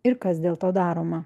ir kas dėl to daroma